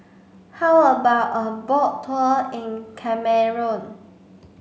how about a boat tour in Cameroon